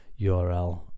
URL